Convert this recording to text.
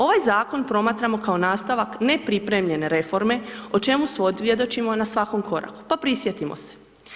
Ovaj zakon promatramo kao nastavak nepripremljene reforme o čemu svjedočimo na svakom koraku, pa prisjetimo se.